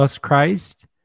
Christ